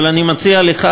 אבל אני מציע לך,